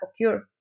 occur